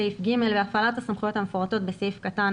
להפעלת הסמכויות המפורטות בסעיף קטן